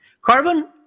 Carbon